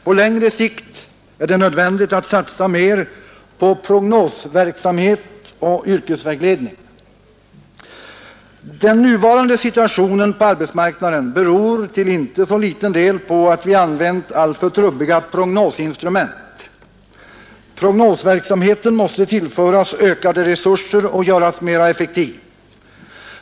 På längre sikt är det nödvändigt att satsa mera på prognosverksamhet och yrkesvägledning. Den nuvarande situationen på arbetsmarknaden beror till inte så liten del på att vi använt alltför trubbiga prognosinstrument. Prognosverksamheten måste tillföras ökade resurser och göras mera effektiv.